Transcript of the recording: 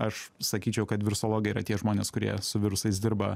aš sakyčiau kad virusologai yra tie žmonės kurie su virusais dirba